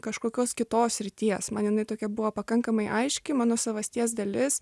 kažkokios kitos srities man jinai tokia buvo pakankamai aiški mano savasties dalis